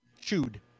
chewed